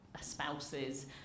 spouses